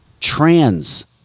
trans